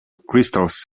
crystals